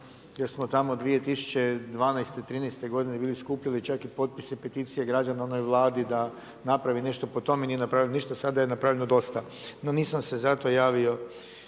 jer smo tamo 2012., 2013. godine bili skupili čak i potpise, peticije građana u onoj Vladi da napravi nešto po tome, nije napravila ništa, sada je napravljeno dosta. No, nisam se zato javio.